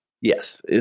Yes